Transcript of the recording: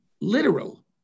literal